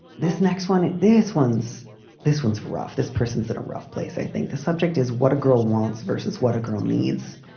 this next one. this one's this one's rough. this person's at a rough place. i think the subject is what a girl wants versus what a girl needs.